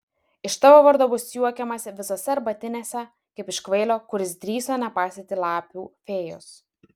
iš tavo vardo bus juokiamasi visose arbatinėse kaip iš kvailio kuris drįso nepaisyti lapių fėjos